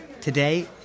Today